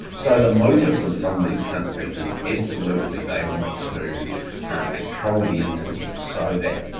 so the motives of some of these countries is absolutely they want to control the internet so that,